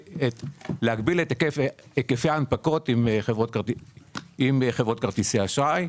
להחלטה להגביל את היקפי ההנפקות עם חברות כרטיסי האשראי,